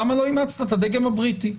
למה לא אימצת את הדגם הבריטי?